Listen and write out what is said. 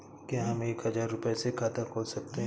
क्या हम एक हजार रुपये से खाता खोल सकते हैं?